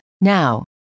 Now